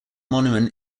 monument